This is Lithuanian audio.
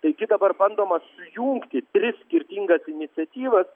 taigi dabar bandoma sujungti tris skirtingas iniciatyvas